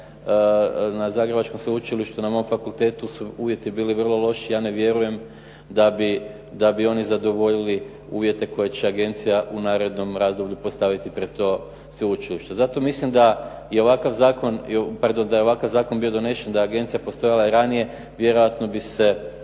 na zagrebačkom sveučilištu. Na mom fakulteti su uvjeti bili vrlo loši. Ja ne vjerujem da bi oni zadovoljili uvjete koje će agencija u narednom razdoblju postaviti pred to sveučilište. Zato mislim da je ovakav zakon bio donesen, da je agencija postojala i ranije, vjerojatno bi se